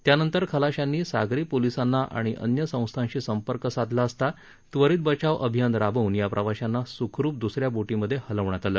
त्यानंतर खलाशांनी सागरी पोलिसांना आणि अन्य संस्थांशी संपर्क साधला असता त्वरित बचाव अभियान राबवन या प्रवाशांना सुखरूप दसऱ्या बोटींमध्ये हलवण्यात आलं